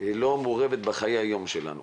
לא מעורב בחיי היום יום שלנו.